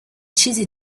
چیزی